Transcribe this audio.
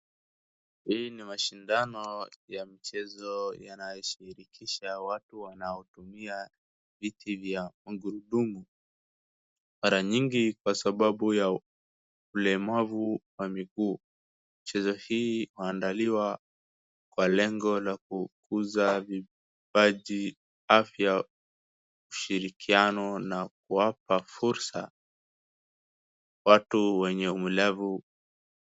Hii ni mashindano ya mchezo yanayoshirikisha watu wanaotumia viti vya magurudumu, mara nyingi kwa sababu ya ulemavu wa miguu , michezo hii huandaliwa kwa lengo la kukuza vipaji, afya , ushirikiano na kuwapa fursa watu wenye ulemavu.